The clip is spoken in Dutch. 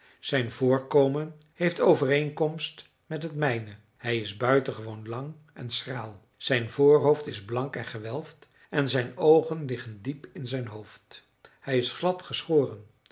zijn voorkomen heeft overeenkomst met het mijne hij is buitengewoon lang en schraal zijn voorhoofd is blank en gewelfd en zijn oogen liggen diep in zijn hoofd hij is